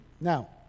Now